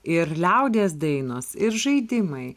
ir liaudies dainos ir žaidimai